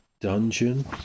dungeon